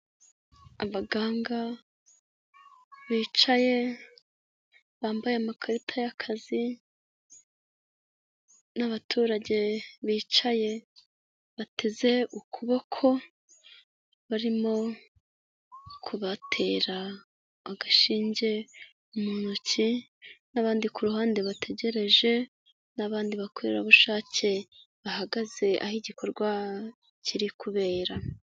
Abaganga bicaye bambaye amakarita y'akazi n'abaturage bicaye bateze ukuboko, barimo kubatera agashinge mu ntoki n'abandi ku ruhande bategereje n'abandi bakorerabushake bahagaze aho igikorwa kiri kubera.